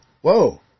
whoa